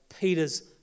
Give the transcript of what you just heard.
Peter's